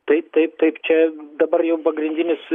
taip taip taip čia dabar jau pagrindinis